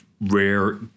rare